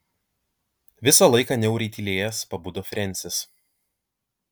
visą laiką niauriai tylėjęs pabudo frensis